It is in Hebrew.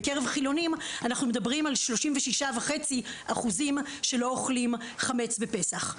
בקרב חילונים אנחנו מדברים על 36.5% שלא אוכלים חמץ בפסח.